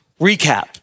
recap